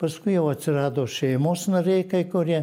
paskui jau atsirado šeimos nariai kai kurie